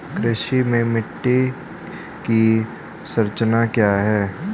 कृषि में मिट्टी की संरचना क्या है?